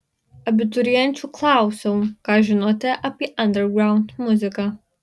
abiturienčių klausiau ką žinote apie andergraund muziką